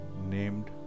named